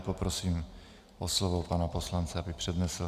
Poprosím o slovo pana poslance, aby přednesl.